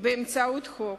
באמצעות חוק.